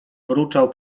mruczał